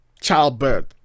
childbirth